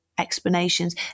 Explanations